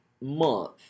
month